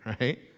right